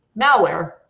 Malware